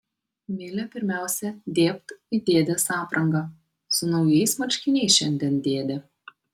milė pirmiausia dėbt į dėdės aprangą su naujais marškiniais šiandien dėdė